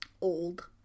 old